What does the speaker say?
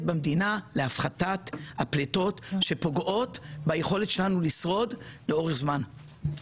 במדינה להפחתת הפליטות שפוגעות ביכולת שלנו לשרוד לאורך זמן.